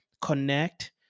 connect